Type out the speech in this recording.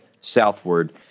southward